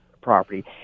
property